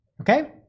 Okay